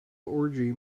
orgy